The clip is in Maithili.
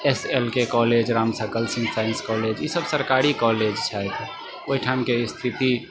S L K college Ramsakal Singh science college ई सब सरकारी कॉलेज छै ओहिठाम के स्थिति